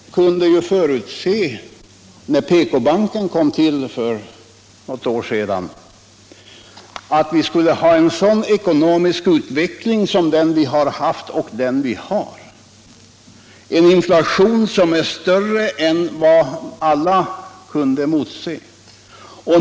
Ja, när PK-banken kom till för något år sedan kunde ju ingen förutse att vi skulle få en sådan ekonomisk utveckling som den vi har haft och har, en inflation som är större än någon räknade med.